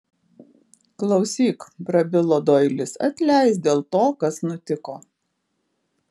klausyk prabilo doilis atleisk dėl to kas nutiko